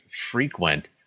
frequent